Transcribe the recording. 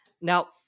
Now